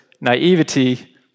naivety